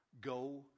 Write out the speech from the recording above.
Go